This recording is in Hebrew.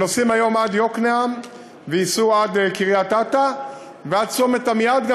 נוסעים היום עד יקנעם וייסעו עד קריית-אתא וגם עד צומת עמיעד,